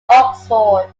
oxford